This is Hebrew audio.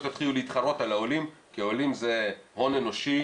יתחילו להתחרות על העולים כי העולים זה הון אנושי